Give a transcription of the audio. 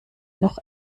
noch